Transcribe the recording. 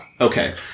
Okay